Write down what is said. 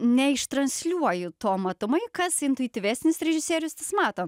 neištransliuoju to matomai kas intuityvesnis režisierius jis mato